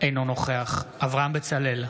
אינו נוכח אברהם בצלאל,